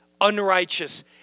unrighteous